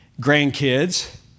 grandkids